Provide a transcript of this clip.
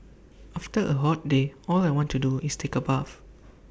after A hot day all I want to do is take A bath